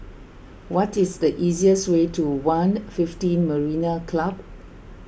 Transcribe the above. what is the easiest way to one fifteen Marina Club